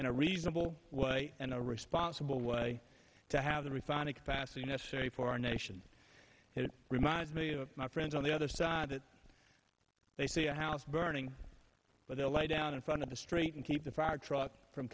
in a reasonable way and a responsible way to have the refining capacity necessary for our nation it reminds me of my friends on the other side that they see a house burning but they'll lay down in front of the street and keep the fire truck from